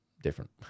different